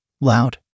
Loud